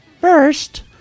first